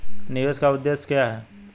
निवेश का उद्देश्य क्या है?